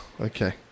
Okay